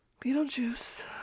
Beetlejuice